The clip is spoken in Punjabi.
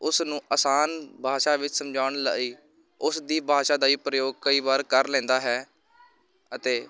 ਉਸ ਨੂੰ ਆਸਾਨ ਭਾਸ਼ਾ ਵਿੱਚ ਸਮਝਾਉਣ ਲਈ ਉਸ ਦੀ ਭਾਸ਼ਾ ਦਾ ਹੀ ਪ੍ਰਯੋਗ ਕਈ ਵਾਰ ਕਰ ਲੈਂਦਾ ਹੈ ਅਤੇ